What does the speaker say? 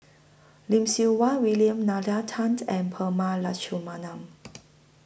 Lim Siew Wai William Nalla Tan and Prema Letchumanan